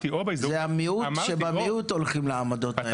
המיעוט שבמיעוט הולכים לעמדות האלה.